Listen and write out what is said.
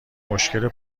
مشکل